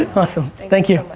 awesome, thank you.